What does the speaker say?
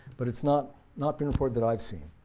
but it's not not been reported that i've seen.